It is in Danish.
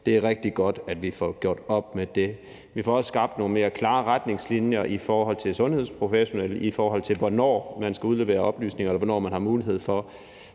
Det er rigtig godt, at vi får gjort op med det. Vi får også skabt nogle klarere retningslinjer for sundhedsprofessionelle, i forhold til hvornår man skal udlevere oplysninger, eller hvornår man f.eks. har mulighed for